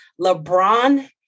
LeBron